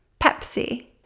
Pepsi